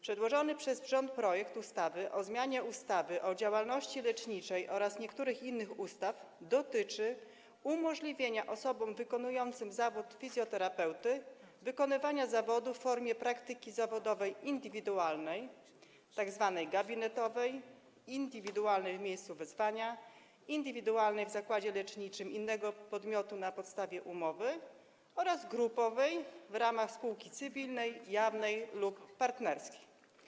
Przedłożony przez rząd projekt ustawy o zmianie ustawy o działalności leczniczej oraz niektórych innych ustaw dotyczy umożliwienia osobom wykonującym zawód fizjoterapeuty wykonywanie zawodu w formie praktyki zawodowej indywidualnej, tzw. gabinetowej, indywidualnej w miejscu wezwania, indywidualnej w zakładzie leczniczym innego podmiotu na podstawie umowy oraz grupowej w ramach spółki cywilnej, jawnej lub partnerskiej.